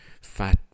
fat